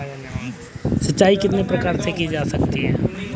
सिंचाई कितने प्रकार से की जा सकती है?